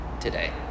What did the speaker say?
today